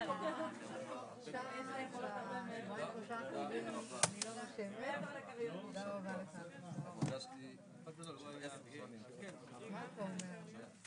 בשעה 12:08.